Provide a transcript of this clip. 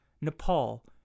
Nepal